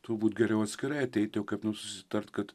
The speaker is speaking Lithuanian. turbūt geriau atskirai ateit jau kaip nors susitart kad